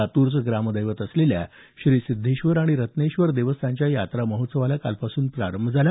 लातूरचं ग्रामदैवत असलेल्या श्री सिद्धेश्वर आणि रत्नेश्वर देवस्थानच्या यात्रा महोत्सवास कालपासून प्रारंभ झाला